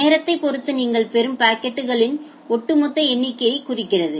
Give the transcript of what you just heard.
நேரத்தைப் பொறுத்து நீங்கள் பெறும் பாக்கெட்களின் ஒட்டுமொத்த எண்ணிக்கையை குறிக்கிறது